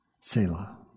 Selah